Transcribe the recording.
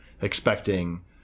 expecting